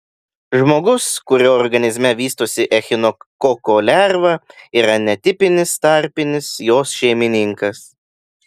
žmogus kurio organizme vystosi echinokoko lerva yra netipinis tarpinis jos šeimininkas